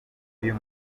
uyu